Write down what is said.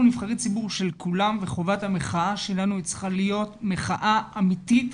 אנחנו נבחרי ציבור של כולם וחובת המחאה שלנו צריכה להיות מחאה אמיתית,